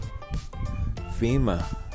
FEMA